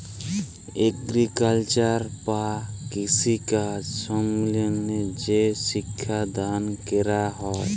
agriculture বা কৃষিকাজ সম্বন্ধে যে শিক্ষা দাল ক্যরা হ্যয়